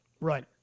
Right